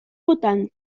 votant